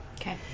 Okay